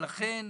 לכן,